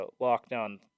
Lockdown